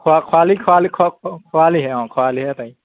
খৰালি খৰালি খৰালিহে অঁ খৰালিহে পাৰি